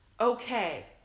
okay